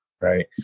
right